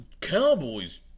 Cowboys